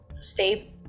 stay